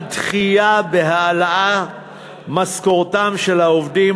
על דחייה בהעלאת משכורתם של העובדים